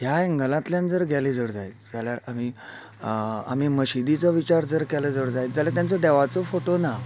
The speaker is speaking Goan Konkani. ह्या ऍंगलातल्यान जर गेले जर जायत जाल्यार आमी आमी मशीदीचो विचार जर केलो जर जायत जाल्यार तांच्या देवाचो फोटो ना